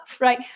right